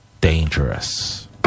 dangerous